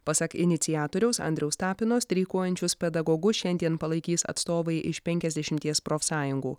pasak iniciatoriaus andriaus tapino streikuojančius pedagogus šiandien palaikys atstovai iš penkiasdešimties profsąjungų